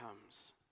comes